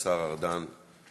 השר ארדן ישיב.